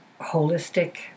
holistic